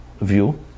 view